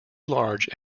large